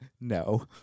No